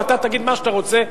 ואתה תגיד מה שאתה רוצה,